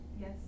Yes